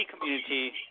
community